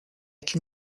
can